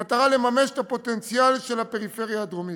במטרה לממש את הפוטנציאל של הפריפריה הדרומית.